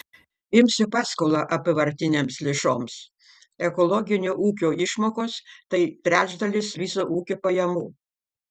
imsiu paskolą apyvartinėms lėšoms ekologinio ūkio išmokos tai trečdalis viso ūkio pajamų